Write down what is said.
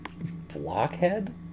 Blockhead